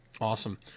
awesome